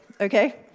okay